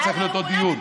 היה צריך להיות עוד דיון.